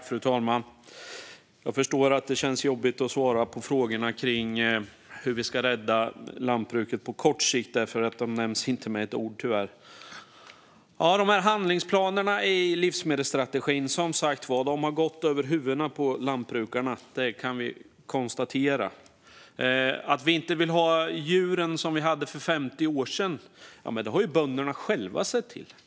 Fru talman! Jag förstår att det känns jobbigt att svara på frågorna om hur vi ska rädda lantbruket på kort sikt, för dessa frågor nämns tyvärr inte med ett ord. Handlingsplanerna i livsmedelsstrategin har som sagt var gått över huvudet på lantbrukarna. Det kan vi konstatera. Att vi inte har djuren på det sätt som vi hade för 50 år sedan har bönderna själva sett till.